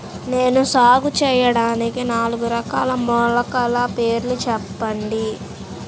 నేను సాగు చేయటానికి నాలుగు రకాల మొలకల పేర్లు చెప్పండి?